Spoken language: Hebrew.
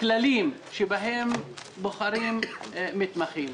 הכללים שבהם בוחרים מתמחים.